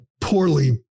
poorly